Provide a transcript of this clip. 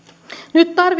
nyt tarvitaankin